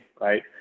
right